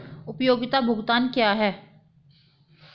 उपयोगिता भुगतान क्या हैं?